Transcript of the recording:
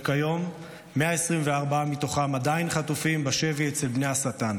וכיום 124 מתוכם עדיין חטופים בשבי אצל בני השטן,